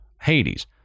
Hades